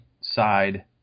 side